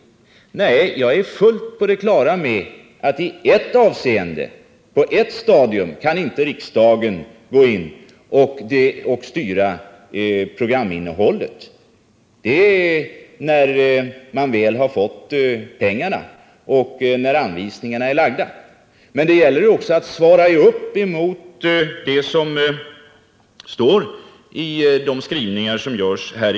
Nej, jag är fullt på det klara med att riksdagen på ett stadium inte kan gå in och styra programinnehållet. Det är när pengarna väl delats ut och anvisningarna lagts fram. Men det gäller för Sveriges Radio att motsvara de skrivningar som görs här.